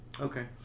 Okay